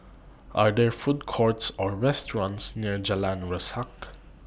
Are There Food Courts Or restaurants near Jalan Resak